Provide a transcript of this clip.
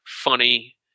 funny